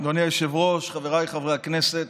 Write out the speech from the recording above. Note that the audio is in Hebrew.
אדוני היושב-ראש, חבריי חברי הכנסת,